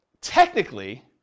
technically